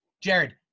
Jared